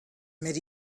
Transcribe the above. met